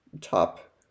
top